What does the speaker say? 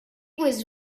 was